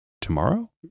tomorrow